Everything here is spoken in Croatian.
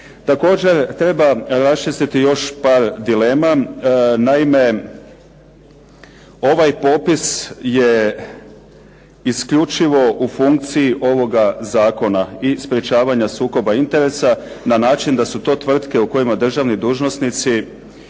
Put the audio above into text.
Također treba raščistiti još par dilema, naime, ovaj popis je isključivo u funkciji ovoga Zakona i sprečavanja sukoba interesa na način da su to tvrtke u kojima državni dužnosnici